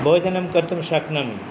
भोजनं कर्तुं शक्नोमि